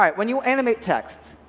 um when you animate text,